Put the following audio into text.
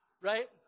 right